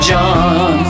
John